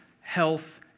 health